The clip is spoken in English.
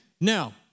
Now